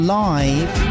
live